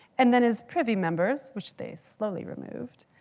and then his privy members which they slowly removed,